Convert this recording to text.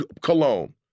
cologne